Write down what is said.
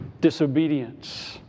disobedience